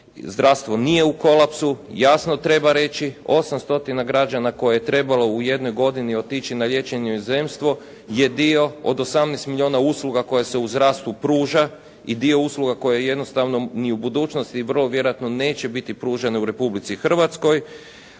zdravstvo nije u kolapsu jasno treba reći. 800 građana koje je trebalo u jednoj godini otići na liječenje u inozemstvo je dio od 18 milijuna usluga koje se u zdravstvu pruža i dio usluga koje jednostavno ni u budućnosti vrlo vjerojatno neće biti pružene u Republici Hrvatskoj.